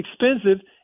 expensive